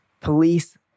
police